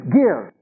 give